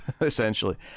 essentially